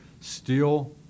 steel